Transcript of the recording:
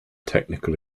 technical